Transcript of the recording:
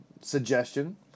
suggestion